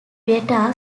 beta